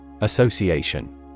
Association